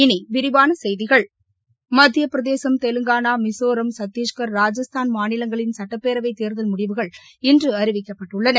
இனி விரிவான செய்திகள் மத்திய பிரதேசம் தெலங்கானா மிசோரம் சத்தீஸ்கர் ராஜஸ்தான் மாநிலங்களின் சுட்டப்பேரவை தேர்தல் முடிவுகள் இன்று அறிவிக்கப்பட்டுள்ளன